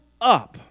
up